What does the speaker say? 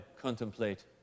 contemplate